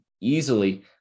easily